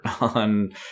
on